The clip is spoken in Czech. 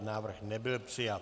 Návrh nebyl přijat.